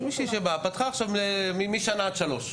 מישהי שבאה, פתחה עכשיו משנה עד שלוש.